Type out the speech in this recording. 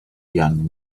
young